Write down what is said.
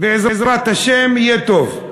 בעזרת השם, יהיה טוב.